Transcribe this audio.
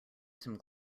some